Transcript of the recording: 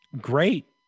Great